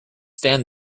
stand